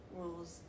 rules